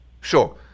Sure